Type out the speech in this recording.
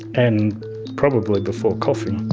and probably before coffee.